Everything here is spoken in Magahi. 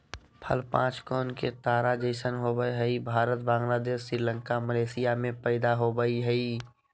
फल पांच कोण के तारा जैसन होवय हई भारत, बांग्लादेश, श्रीलंका, मलेशिया में पैदा होवई हई